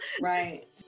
Right